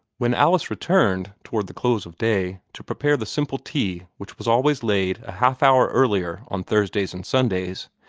when alice returned toward the close of day, to prepare the simple tea which was always laid a half-hour earlier on thursdays and sundays,